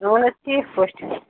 اَہَن حظ ٹھیٖک پٲٹھۍ